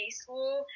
school